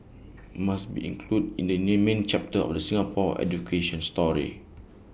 must be included in the name main chapter of the Singapore education story